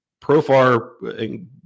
Profar